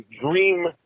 dream